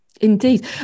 Indeed